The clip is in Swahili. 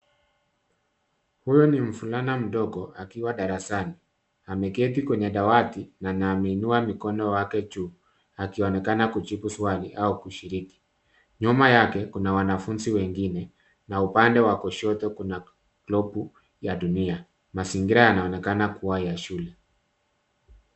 Huyu ni mvulana mdogo akiwa darasani, ameketi kwenye dawati na ameinua mkono wake juu akionekana kujibu swali au kushiriki. Nyuma yake kuna wanafunzi wengine na upande wa kushoto kuna globu ya dunia. Mazingira yanaonekana kuwa ya shule.